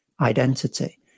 identity